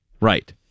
Right